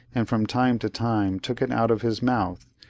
and from time to time took it out of his mouth,